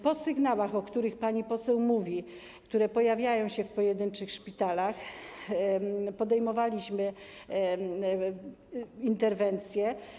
Po sygnałach, o których pani poseł mówi, które pojawiają się w pojedynczych szpitalach, podejmowaliśmy interwencje.